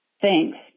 Thanks